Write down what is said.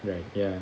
right ya